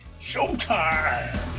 Showtime